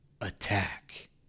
attack